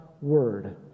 Word